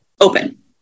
open